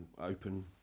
Open